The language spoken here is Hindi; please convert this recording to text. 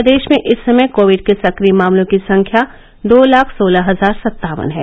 प्रदेश में इस समय कोविड के सक्रिय मामलों की संख्या दो लाख सोलह हजार सत्तावन है